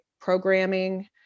programming